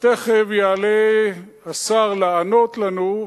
ותיכף יעלה השר לענות לנו,